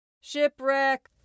Shipwreck